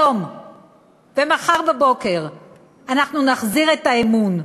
היום ומחר בבוקר אנחנו נחזיר את האמון,